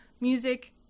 music